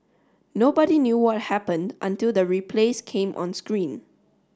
nobody knew what happened until the replays came on strain